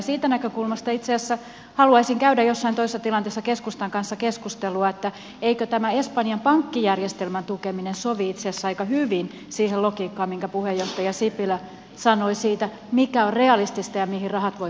siitä näkökulmasta itse asiassa haluaisin käydä jossain toisessa tilanteessa keskustan kanssa keskustelua siitä eikö tämä espanjan pankkijärjestelmän tukeminen sovi itse asiassa aika hyvin siihen logiikkaan millä puheenjohtaja sipilä sanoi siitä mikä on realistista ja mihin rahat voivat riittää